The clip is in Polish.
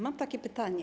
Mam takie pytanie.